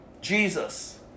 Jesus